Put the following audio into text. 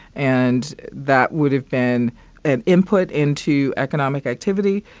and that would've been an input into economic activity.